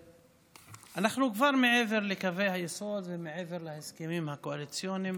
אנחנו כבר מעבר לקווי היסוד ומעבר להסכמים הקואליציוניים,